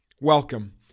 Welcome